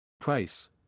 Price